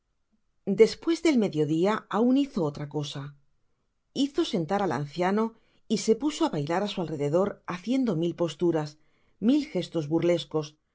despues del medio dia aun hizo otra cosa hizo sentar al anciano y se puso á bailar á su alrededor haciendo mil posteras mil gestos burlesco